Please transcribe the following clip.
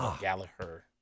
Gallagher